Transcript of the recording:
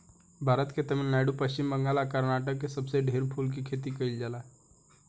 भारत के तमिलनाडु, पश्चिम बंगाल आ कर्नाटक में सबसे ढेर फूल के खेती कईल जाला